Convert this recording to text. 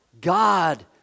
God